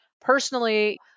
personally